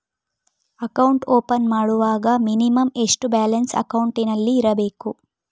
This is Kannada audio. ಅಕೌಂಟ್ ಓಪನ್ ಮಾಡುವಾಗ ಮಿನಿಮಂ ಎಷ್ಟು ಬ್ಯಾಲೆನ್ಸ್ ಅಕೌಂಟಿನಲ್ಲಿ ಇರಬೇಕು?